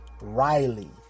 Riley